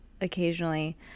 occasionally